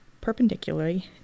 perpendicularly